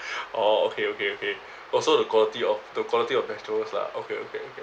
orh okay okay okay also the quality of the quality of vegetables lah okay okay okay